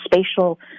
spatial